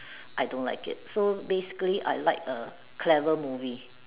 I don't like it so basically I like a clever movie